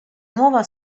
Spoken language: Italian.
nuova